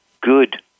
good